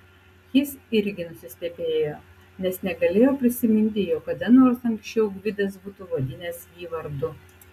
jis irgi nusistebėjo nes negalėjo prisiminti jog kada nors anksčiau gvidas būtų vadinęs jį vardu